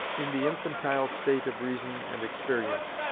in the infantile state of reason and experience,